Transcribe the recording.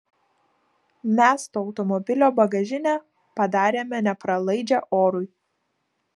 mes to automobilio bagažinę padarėme nepralaidžią orui